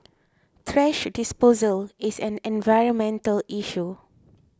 thrash disposal is an environmental issue